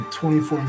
24